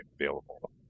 available